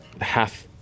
half